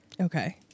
Okay